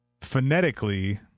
phonetically